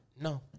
No